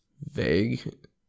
vague